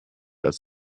als